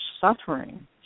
suffering